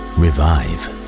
revive